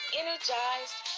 energized